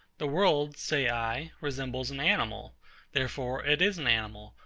the world, say i, resembles an animal therefore it is an animal,